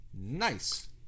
Nice